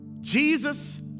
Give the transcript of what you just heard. jesus